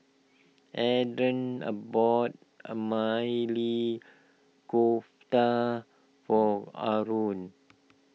Adrain a bought a Maili Kofta for Aron